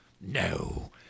No